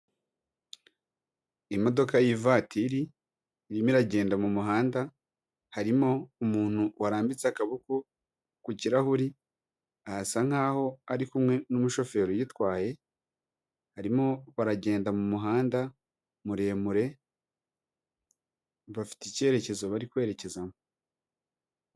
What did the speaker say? Imodoka y'ivatiri irimo iragenda mu muhanda harimo umuntu warambitse akaboko ku kirahuri, aha asa nk'aho ari kumwe n'umushoferi uyitwaye, barimo baragenda mu muhanda muremure bafite icyerekezo bari kwerekezamo.